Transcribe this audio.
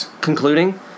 concluding